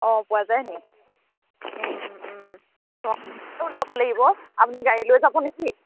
অঁ পোৱা যায়নি ওলাব লাগিব আপুনি গাড়ী লৈ যাবনে কি